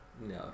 No